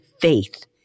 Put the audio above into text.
faith